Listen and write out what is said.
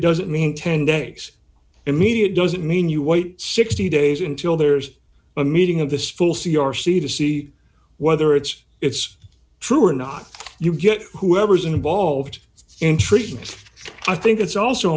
doesn't mean ten days immediate doesn't mean you wait sixty days until there's a meeting of this full c r c to see whether it's it's true or not you get whoever's involved in treatment i think it's also